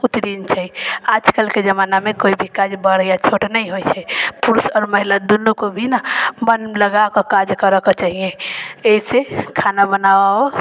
ओतरीन छै आजकलके जमानामे कोइ भी काज बड़ या छोट नहि होइ छै पुरुष आओर महिला दुनूके भी ने मन लगाकऽ काज करैके चाही एहिसँ खाना बनाबै